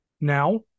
now